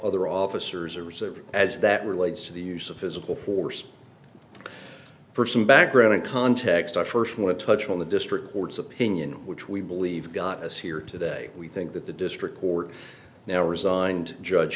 other officers or serving as that relates to the use of physical force for some background and context i first want to touch on the district court's opinion which we believe got us here today we think that the district court now resigned judge